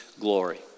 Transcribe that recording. glory